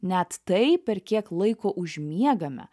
net tai per kiek laiko užmiegame